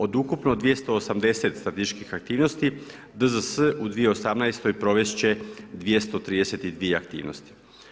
Od ukupno 280 statističkih aktivnosti DZS u 2018. provest će 232 aktivnosti.